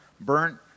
burnt